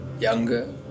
younger